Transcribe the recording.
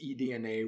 eDNA